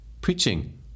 Preaching